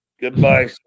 Goodbye